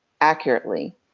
accurately